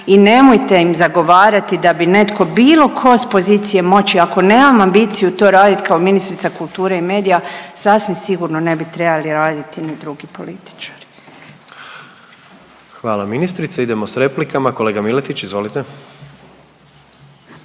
I nemojte im zagovarati da bi netko bilo ko s pozicije moći ako nemam ambiciju to radit kao ministrica kulture i medija, sasvim sigurno ne bi trebali raditi ni drugi političari. **Jandroković, Gordan (HDZ)** Hvala ministrice. Idemo s replikama, kolega Miletić izvolite.